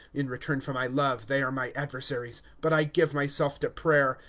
in return for my love they are my adversaries but i give myself to prayer.